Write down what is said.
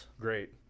great